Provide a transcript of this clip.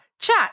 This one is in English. Chat